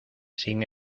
sin